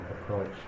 approach